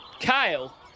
Kyle